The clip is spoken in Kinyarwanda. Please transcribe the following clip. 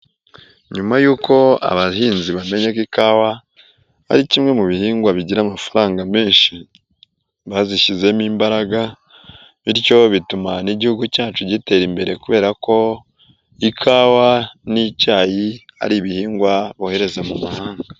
Nyuma y'uko abahinzi bamenya ko ikawa ari kimwe mu bihingwa bigira amafaranga menshi, bazishyizemo imbaraga, bityo bituma n'igihugu cyacu gitera imbere kubera ko ikawa n'icyayi ari ibihingwa bohereza mu mahanga.